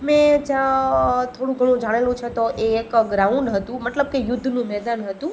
મેં થોડું ઘણું જાણેલું છે તો એક ગ્રાઉન્ડ હતું મતલબ કે યુદ્ધનું મેદાન હતું